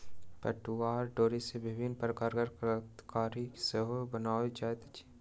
पटुआक डोरी सॅ विभिन्न प्रकारक कलाकृति सेहो बनाओल जाइत अछि